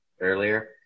earlier